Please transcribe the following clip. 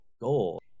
goal